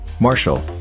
Marshall